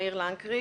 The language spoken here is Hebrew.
לנקרי